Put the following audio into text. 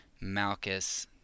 Malchus